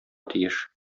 тиеш